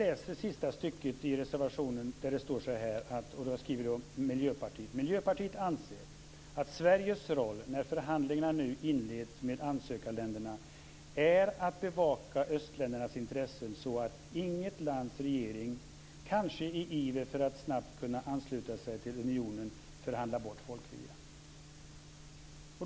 I reservationens sista stycke skriver Miljöpartiet att man anser att Sveriges roll, när förhandlingarna nu inleds med ansökarländerna, är att bevaka östländernas intressen så att inget lands regering, kanske i iver att snabbt kunna ansluta sig till unionen, förhandlar bort folkviljan.